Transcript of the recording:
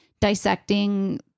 dissecting